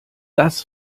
das